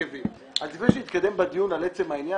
אז לפני שתתקדם בדיון על עצם העניין,